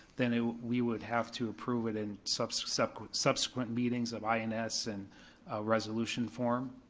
then ah we would have to approve it in subsequent subsequent meetings of ins and resolution forum.